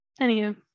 Anywho